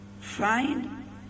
find